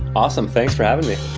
awesome, thanks for having me.